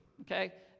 okay